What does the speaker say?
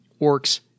orcs